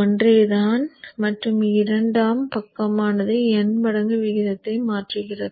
ஒன்றுதான் மற்றும் இரண்டாம் பக்கமானது n மடங்கு விகிதத்தை மாற்றுகிறது